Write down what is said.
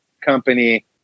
company